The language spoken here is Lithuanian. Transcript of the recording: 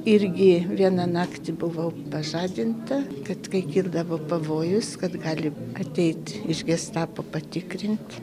irgi vieną naktį buvau pažadinta kad kai kildavo pavojus kad gali ateiti iš gestapo patikrint